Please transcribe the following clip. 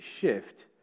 shift